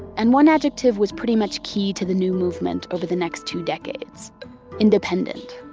and one adjective was pretty much key to the new movement over the next two decades independent.